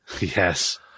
Yes